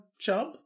job